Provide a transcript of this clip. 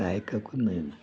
हे आयककूत ना